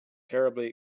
terribly